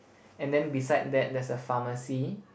and then beside that there's a pharmacy